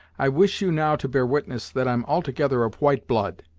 i wish you now to bear witness that i'm altogether of white blood,